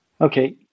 Okay